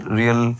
real